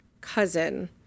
cousin